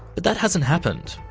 but that hasn't happened.